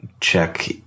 check